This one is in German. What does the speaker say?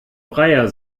breyer